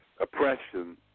oppression